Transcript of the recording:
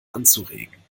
anzuregen